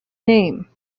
name